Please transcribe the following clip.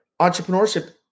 entrepreneurship